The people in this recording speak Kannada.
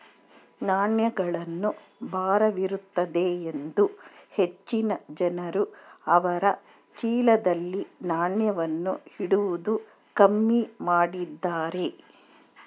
ನಾಣ್ಯಗಳು ಭಾರವಿರುತ್ತದೆಯೆಂದು ಹೆಚ್ಚಿನ ಜನರು ಅವರ ಚೀಲದಲ್ಲಿ ನಾಣ್ಯವನ್ನು ಇಡುವುದು ಕಮ್ಮಿ ಮಾಡಿದ್ದಾರೆ